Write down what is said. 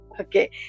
Okay